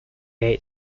eight